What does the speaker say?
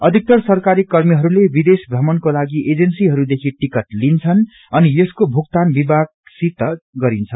अधिक्तर सरकारी कर्मीहरूले विदेश भ्रमणको लागि एजेन्सीहरू देखि टिकट लिन्छन् अनि यसको भुक्तान विभागसित गरिन्छ